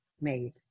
made